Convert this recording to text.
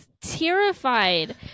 terrified